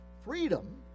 freedom